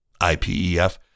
IPEF